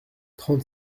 trente